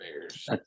bears